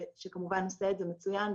שכמובן עושה את זה מצוין,